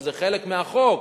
שזה חלק מהחוק,